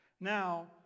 Now